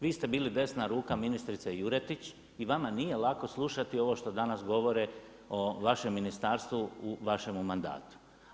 Vi ste bili desna ruka ministrice Juretić i vama nije lako slušati ovo što danas govore o vašem ministarstvu u vašemu mandatu.